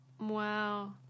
Wow